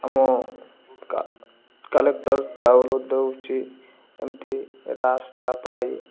ଆମ କଲେକ୍ଟର୍ ଚାଉଳ ଦେଉଛି ଏମିତି ରାସ୍ତା ପାଇ